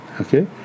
okay